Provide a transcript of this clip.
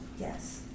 Yes